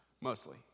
Mostly